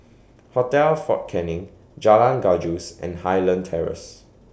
Hotel Fort Canning Jalan Gajus and Highland Terrace